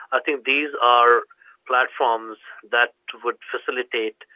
i think these are platforms that would facilitate,